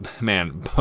man